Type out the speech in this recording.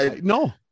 No